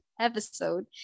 episode